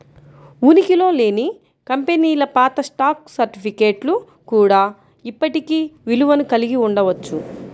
ఉనికిలో లేని కంపెనీల పాత స్టాక్ సర్టిఫికేట్లు కూడా ఇప్పటికీ విలువను కలిగి ఉండవచ్చు